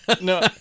No